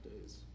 days